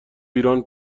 ایران